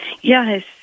yes